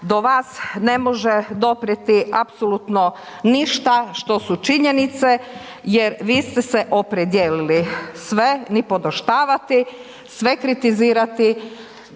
do vas ne može doprijeti apsolutno ništa što su činjenice jer vi ste se opredijelili. Sve .../Govornik se ne